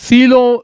Silo